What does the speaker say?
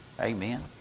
Amen